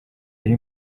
yari